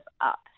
up